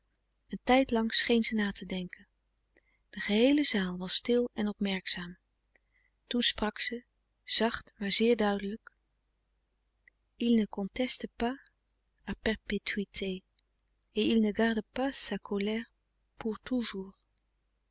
handen een tijdlang scheen ze na te denken de geheele zaal was stil en opmerkzaam toen sprak ze zacht maar zeer duidelijk il